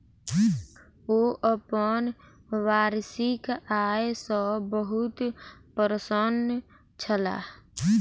ओ अपन वार्षिक आय सॅ बहुत प्रसन्न छलाह